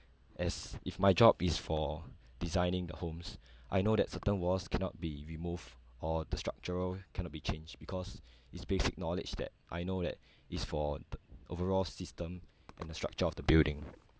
as if my job is for designing the homes I know that certain walls cannot be removed or the structural cannot be changed because it's basic knowledge that I know that is for the overall system and the structure of the building